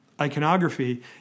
iconography